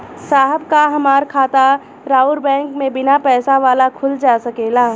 साहब का हमार खाता राऊर बैंक में बीना पैसा वाला खुल जा सकेला?